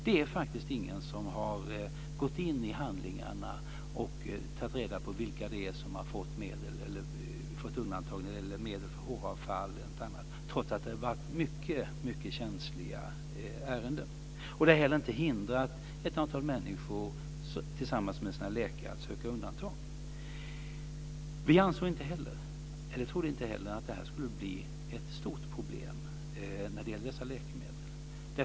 Det är faktiskt ingen som har gått in i handlingarna och tagit reda på vilka det är som har undantag när det gäller medel för håravfall och annat trots att det har varit mycket känsliga ärenden. Det har heller inte hindrat ett antal människor från att tillsammans med sina läkare söka undantag. Vi trodde inte att det skulle bli ett stort problem när det gäller dessa läkemedel heller.